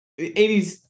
80s